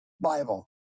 Bible